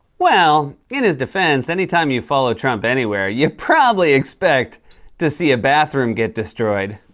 well, in his defense, anytime you follow trump anywhere, you probably expect to see a bathroom get destroyed.